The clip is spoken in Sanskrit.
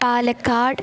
पालक्काड्